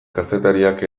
kazetariak